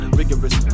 rigorous